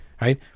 Right